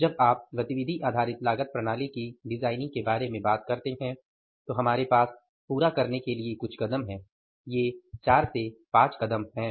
जब आप गतिविधि आधारित लागत प्रणाली की डिजाइनिंग के बारे में बात करते हैं तो हमारे पास पूरा करने के लिए कुछ कदम हैं और ये 4 से 5 कदम हैं